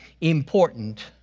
important